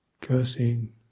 cursing